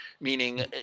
Meaning